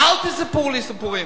אל תספרו לי סיפורים.